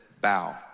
bow